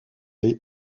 les